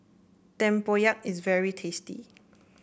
Tempoyak is very tasty